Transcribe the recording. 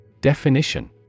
Definition